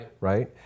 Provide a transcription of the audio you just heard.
Right